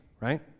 right